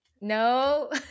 No